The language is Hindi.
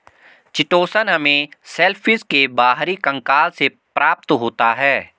चिटोसन हमें शेलफिश के बाहरी कंकाल से प्राप्त होता है